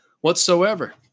whatsoever